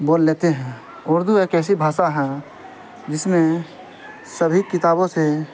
بول لیتے ہیں اردو ایک ایسی بھاشا ہیں جس میں سبھی کتابوں سے